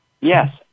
Yes